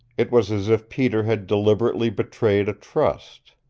it was as if peter had deliberately betrayed a trust.